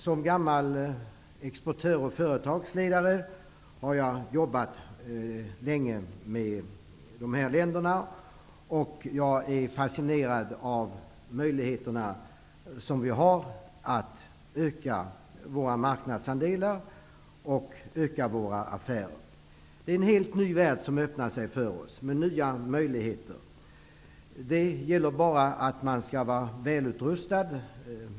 Som gammal exportör och företagsledare har jag jobbat länge med dessa länder. Jag är fascinerad av de möjligheter som vi har att öka våra marknadsandelar och våra affärer. Det är en helt ny värld som öppnar sig för oss, med nya möjligheter. Det gäller bara att man skall vara välutrustad.